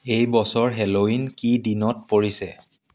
এই বছৰ হেল'ৱিন কি দিনত পৰিছে